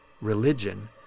religion